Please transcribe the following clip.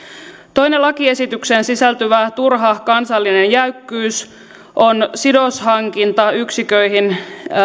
toinen lakiesitykseen sisältyvä turha kansallinen jäykkyys on sidoshankintayksiköihin